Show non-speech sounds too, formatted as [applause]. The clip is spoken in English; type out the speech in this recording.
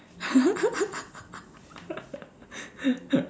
[laughs]